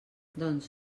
doncs